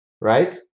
right